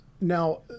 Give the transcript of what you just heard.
Now